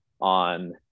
on